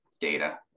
data